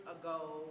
ago